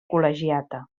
col·legiata